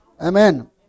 Amen